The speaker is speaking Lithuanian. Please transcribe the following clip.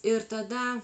ir tada